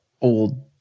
old